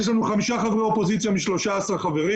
יש לנו חמישה חברי אופוזיציה מתוך 13 חברים